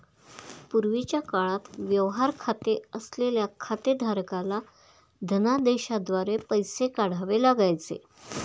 पूर्वीच्या काळात व्यवहार खाते असलेल्या खातेधारकाला धनदेशाद्वारे पैसे काढावे लागायचे